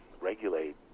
regulate